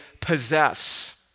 possess